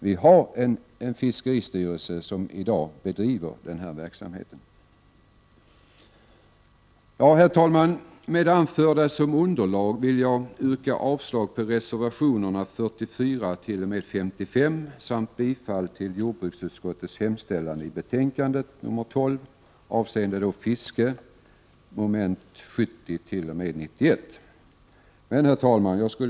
Vi har dock en fiskeristyrelse som i dag bedriver denna verksamhet. Herr talman! Med det anförda som underlag yrkar jag avslag på reservationerna 44-55 samt bifall till hemställan i jordbruksutskottets betänkande 1988/89:12 avseende fiske, mom. 70-91. Herr talman!